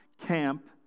camp